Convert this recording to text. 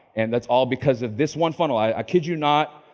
and that's all because of this one funnel. i kid you not.